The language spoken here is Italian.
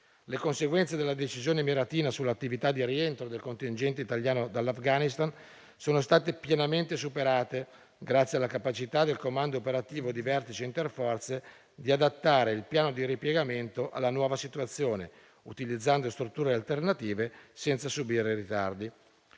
Le conseguenze della decisione emiratina sull'attività di rientro del contingente italiano dall'Afghanistan sono state pienamente superate, grazie alla capacità del comando operativo di vertice interforze di adattare il piano di ripiegamento alla nuova situazione, utilizzando strutture alternative senza subire ritardi.